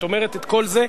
את אומרת את כל זה.